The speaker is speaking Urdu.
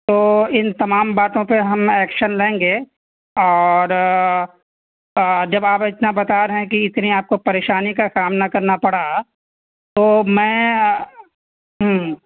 تو ان تمام باتوں پہ ہم ایکشن لیں گے اور جب آپ اتنا بتا رہے ہیں کہ اتنی آپ کو پریشانی کا سامنا کرنا پڑا تو میں ہوں